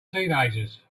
teenagers